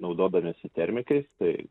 naudodamiesi termikais tai